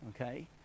okay